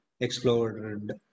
explored